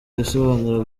ibisobanuro